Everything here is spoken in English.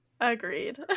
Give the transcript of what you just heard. Agreed